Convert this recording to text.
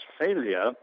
failure